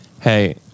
hey